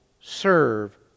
serve